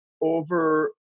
over